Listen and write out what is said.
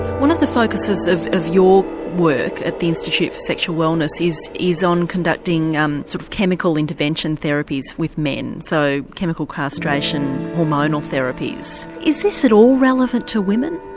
one of the focuses of of your work at the institute of sexual wellness is is on conducting um sort of chemical intervention therapies with men, so chemical castration, hormonal therapies is this at all relevant to women?